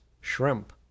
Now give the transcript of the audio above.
shrimp